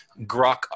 grok